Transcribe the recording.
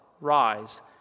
Rise